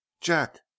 Jack